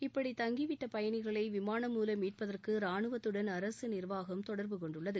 இப்படி தங்கிவிட்ட பயணிகளை விமானம் மூலம் மீட்பதற்கு ராணுவத்துடன் அரசு நிர்வாகம் தொடர்பு கொண்டுள்ளது